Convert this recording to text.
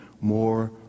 more